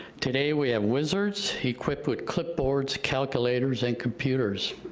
today we have wizards, equipped with clipboards, calculators, and computers,